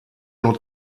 nur